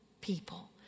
people